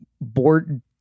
board